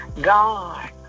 God